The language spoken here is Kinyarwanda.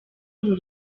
uru